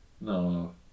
no